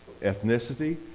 ethnicity